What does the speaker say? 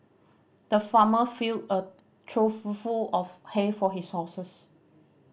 the farmer filled a trough full of hay for his horses